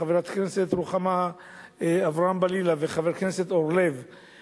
חברת הכנסת רוחמה אברהם-בלילא וחבר הכנסת אורלב,